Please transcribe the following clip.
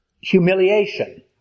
humiliation